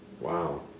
Wow